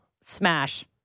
smash